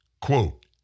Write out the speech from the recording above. quote